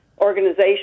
organization